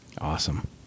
Awesome